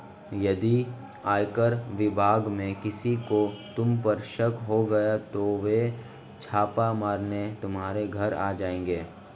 यदि आयकर विभाग में किसी को तुम पर शक हो गया तो वो छापा मारने तुम्हारे घर आ जाएंगे